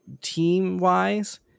team-wise